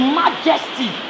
majesty